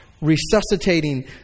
resuscitating